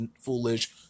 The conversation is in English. foolish